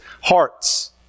hearts